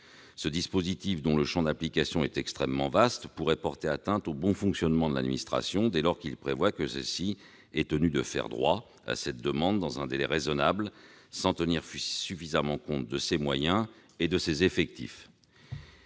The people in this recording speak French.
ce dispositif, dont le champ d'application est extrêmement vaste, pourrait porter atteinte au bon fonctionnement de l'administration dès lors qu'il prévoit que celle-ci est tenue de faire droit à cette demande dans un délai raisonnable sans tenir suffisamment compte de ses moyens et de ses effectifs